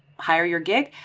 hire your gig.